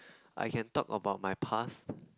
I can talk about my past